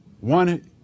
one